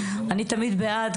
אני תמיד בעד,